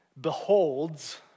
beholds